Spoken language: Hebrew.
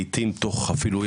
לעיתים תוך אפילו,